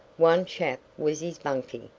one chap was his bunkie.